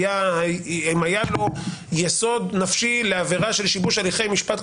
ואם היה לו יסוד נפשי לעבירה של שיבוש הליכי משפט,